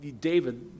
David